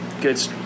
good